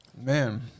Man